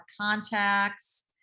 contacts